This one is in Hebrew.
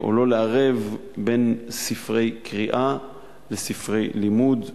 או לא לערב בין ספרי קריאה לספרי לימוד.